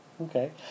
okay